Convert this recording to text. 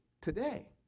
today